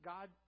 God